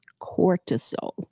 cortisol